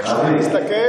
אני אומר לך, אתה לא מסתכל.